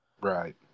Right